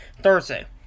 Thursday